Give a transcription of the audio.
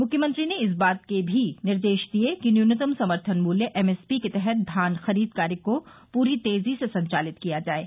मुख्यमंत्री ने इस बात के भी निर्देश दिये कि न्यूनतम समर्थन मूल्य एमएसपी के तहत धान खरीद कार्य को पूरी तेजी से संचालित किया जाये